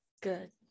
good